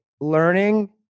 learning